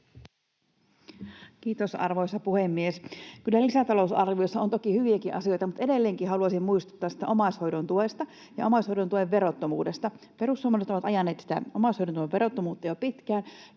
Kiitos, arvoisa puhemies! Kyllä lisätalousarviossa on toki hyviäkin asioita, mutta edelleenkin haluaisin muistuttaa tästä omaishoidon tuesta ja omaishoidon tuen verottomuudesta. Perussuomalaiset ovat ajaneet omaishoidon tuen verottomuutta jo pitkään,